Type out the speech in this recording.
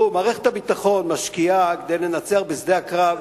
מערכת הביטחון משקיעה כדי לנצח בשדה הקרב,